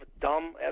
dumb